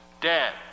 dead